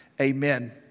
Amen